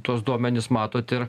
tuos duomenis matot ir